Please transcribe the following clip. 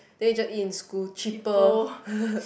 then you just eat in school cheaper